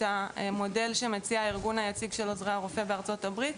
המודל שמציע הארגון היציג של עוזרי הרופא בארצות הברית.